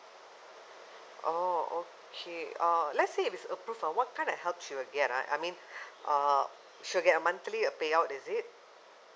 oh okay uh let's say it's approved uh what kind of help she will get ah I mean uh she'll get a monthly uh payout is it